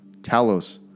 Talos